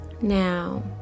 Now